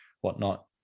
whatnot